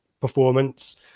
performance